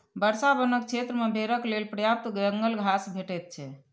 वर्षा वनक क्षेत्र मे भेड़क लेल पर्याप्त जंगल घास भेटैत छै